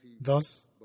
Thus